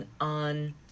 on